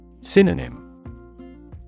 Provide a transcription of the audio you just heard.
Synonym